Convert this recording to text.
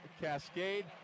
Cascade